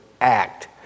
Act